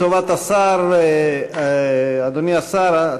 אדוני השר,